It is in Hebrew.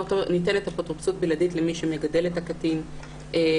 ניתנת אפוטרופסות בלעדית למי שמגדל את הקטין,